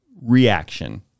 reaction